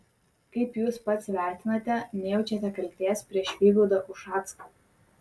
kaip jūs pats vertinate nejaučiate kaltės prieš vygaudą ušacką